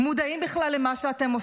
מודעים בכלל למה שאתם עושים?